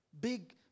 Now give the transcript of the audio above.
Big